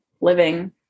living